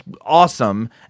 awesome